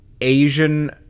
Asian